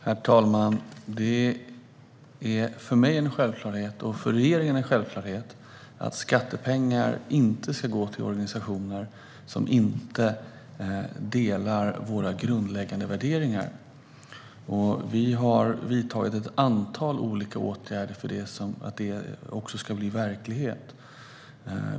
Herr talman! Det är för mig och regeringen en självklarhet att skattepengar inte ska gå till organisationer som inte delar våra grundläggande värderingar. Vi har vidtagit ett antal olika åtgärder för att detta ska bli verklighet.